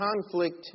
conflict